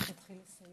תתחילי לסיים.